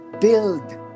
build